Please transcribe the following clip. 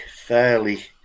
fairly